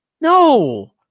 No